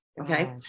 Okay